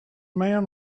man